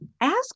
ask